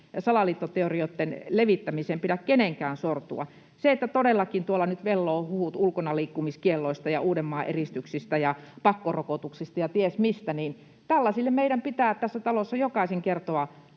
salaliittoteorioitten levittämiseen pidä kenenkään sortua. Kun todellakin tuolla nyt vellovat huhut ulkonaliikkumiskielloista ja Uudenmaan eristyksistä ja pakkorokotuksista ja ties mistä, niin meidän pitää tässä talossa jokaisen kertoa